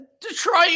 Detroit